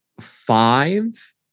five